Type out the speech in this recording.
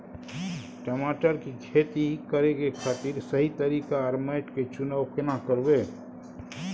टमाटर की खेती करै के खातिर सही तरीका आर माटी के चुनाव केना करबै?